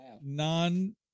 non